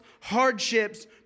hardships